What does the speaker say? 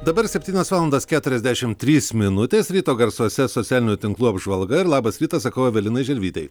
dabar septynios valandos keturiasdešim trys minutės ryto garsuose socialinių tinklų apžvalga ir labas rytas sakau evelinai želvytei